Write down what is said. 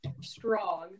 strong